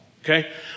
Okay